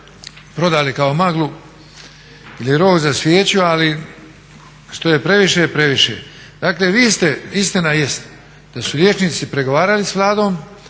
se ne razumije./… za svijeću, ali što je previše je previše. Dakle, vi ste, istina jest da su liječnici pregovarali s Vladom